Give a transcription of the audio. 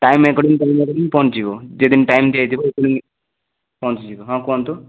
time ପହଞ୍ଚିଯିବ ଯେତେଦିନ time ଦିଆହେଇଥିବ ସେତେଦନି ପହଞ୍ଚିଯିବ ହଁ କୁହନ୍ତୁ